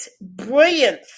brilliant